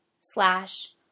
slash